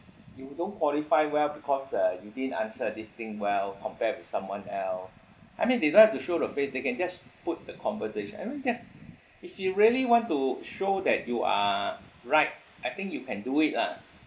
you don't qualify well because uh you didn't answer this thing well compared to someone else I mean they don't have to show the face you can just put the conversation I mean yes if you really want to show that you are right I think you can do it lah